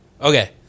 okay